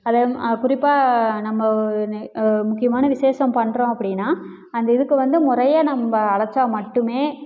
அது குறிப்பாக நம்ம முக்கியமான விசேஷம் பண்ணுறோம் அப்படின்னா அந்த இதுக்கு வந்து முறையா நம்ம அழைத்தா மட்டுமே